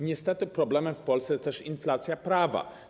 Niestety problemem w Polsce jest też inflacja prawa.